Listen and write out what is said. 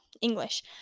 English